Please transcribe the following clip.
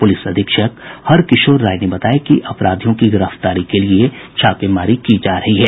police अधीक्षक हरकिशोर राय ने बताया कि अपराधियों की गिरफ्तारी के लिए छापेमारी जारी है